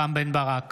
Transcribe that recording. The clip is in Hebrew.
רם בן ברק,